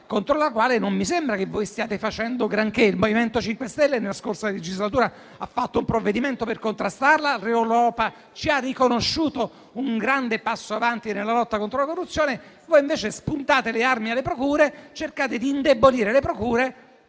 contro la quale non mi sembra che voi stiate facendo granché. Il MoVimento 5 Stelle nella scorsa legislatura ha fatto un provvedimento per contrastarla e l'Europa ci ha riconosciuto un grande passo in avanti nella lotta contro la corruzione. Voi invece spuntate le armi alle procure, cercando di indebolirle, per